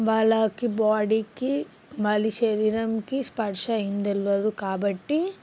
వాళ్ళకి బాడీకి మళ్ళీ శరీరంకి స్పర్శ ఏం తెలియదు కాబట్టి